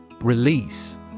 Release